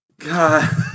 God